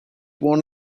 one